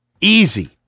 easy